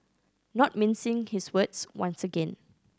not mincing his words once again